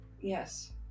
Yes